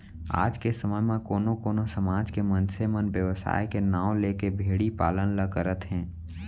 आज के समे म कोनो कोनो समाज के मनसे मन बेवसाय के नांव लेके भेड़ी पालन ल करत हें